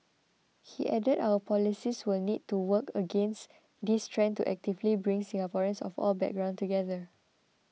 he added our policies will need to work against this trend to actively bring Singaporeans of all background together